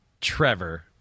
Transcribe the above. Trevor